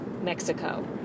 Mexico